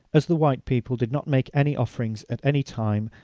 as the white people did not make any offerings at any time,